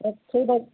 ਬੱਚੇ ਦਾ